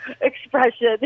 expression